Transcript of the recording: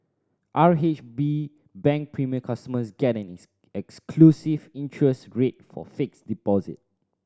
R H B Bank Premier customers get an exclusive interest rate for fixed deposit